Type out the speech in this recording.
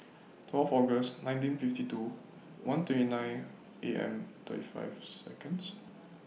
twelve August nineteen fifty two one twenty nine A M thirty five Seconds